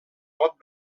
pot